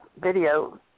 video –